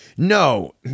No